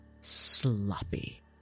Sloppy